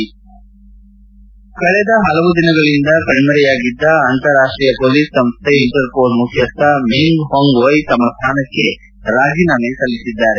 head ಕಳೆದ ಹಲವು ದಿನಗಳಿಂದ ಕಣ್ನರೆಯಾಗಿದ್ದ ಅಂತಾರಾಷ್ಷೀಯ ಪೊಲೀಸ್ ಸಂಸ್ಥೆ ಇಂಟರ್ ಪೋಲ್ ಮುಖ್ಯಸ್ಥ ಮೆಂಗ್ ಹೊಂಗ್ವೈ ತಮ್ಮ ಸ್ಥಾನಕ್ಕೆ ರಾಜೀನಾಮೆ ಸಲ್ಲಿಸಿದ್ದಾರೆ